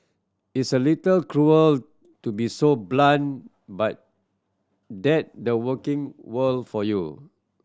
it's a little cruel to be so blunt but that the working world for you